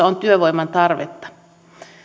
on työvoiman tarvetta